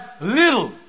little